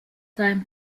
time